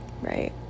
right